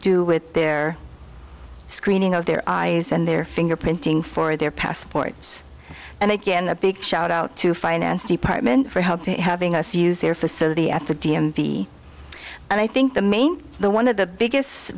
do with their screening of their eyes and their fingerprinting for their passports and again a big shout out to finance department for help having us use their facility at the d m v and i think the main the one of the biggest